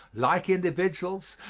like individuals,